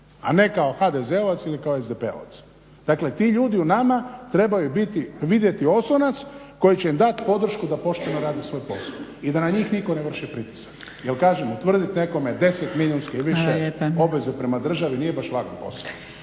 a ne kao HDZ-ovac ili kao SDP-ovac. Dakle, ti ljudi u nama trebaju vidjeti oslonac koji će im dati podršku da pošteno rade svoj posao i da na njih nitko ne vrši pritisak. Jer kažem, utvrditi nekome 10 milijunski i više obveze prema državi, nije baš lak posao.